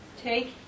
Take